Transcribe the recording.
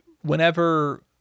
whenever